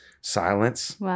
silence